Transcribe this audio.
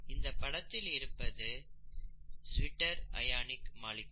இந்த படத்தில் இருப்பது ஒரு ஜ்விட்டர் அயோனிக் மூலக்கூறு